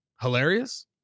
hilarious